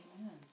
amen